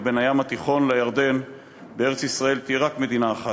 ובין הים התיכון לירדן בארץ-ישראל תהיה רק מדינה אחת,